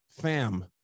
fam